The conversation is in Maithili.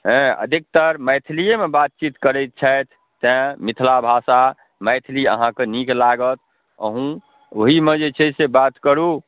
हँ अधिकतर मैथिलिएमे बातचीत करै छथि तेँ मिथिला भाषा मैथिली अहाँके नीक लागत अहूँ ओहिमे जे छै से बात करू